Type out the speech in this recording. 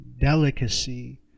delicacy